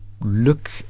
look